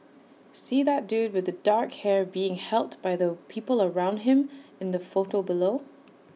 see that dude with the dark hair being helped by the people around him in the photo below